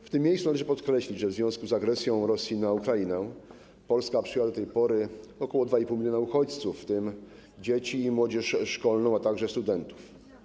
W tym miejscu należy podkreślić, że w związku z agresją Rosji na Ukrainę Polska przyjęła do tej pory ok. 2,5 mln uchodźców, w tym dzieci i młodzież szkolną, a także studentów.